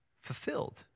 fulfilled